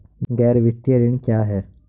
गैर वित्तीय ऋण क्या है?